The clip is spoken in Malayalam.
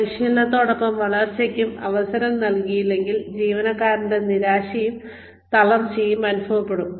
പരിശീലനത്തോടൊപ്പം വളർച്ചയ്ക്കുള്ള അവസരം നൽകിയില്ലെങ്കിൽ ജീവനക്കാരന് നിരാശയും തളർച്ചയും അനുഭവപ്പെടും